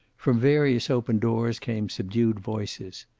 from various open doors came subdued voices.